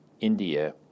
India